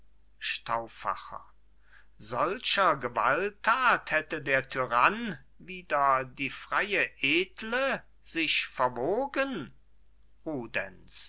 solcher gewalttat hätte der tyrann wider die freie edle sich verwogen